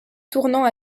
tournant